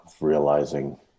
realizing